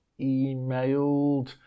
emailed